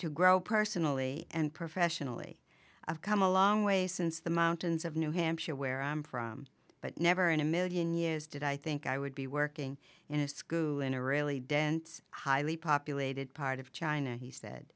to grow personally and professionally i've come a long way since the mountains of new hampshire where i'm from but never in a million years did i think i would be working in a screw in a really dense highly populated part of china he said